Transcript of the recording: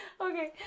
Okay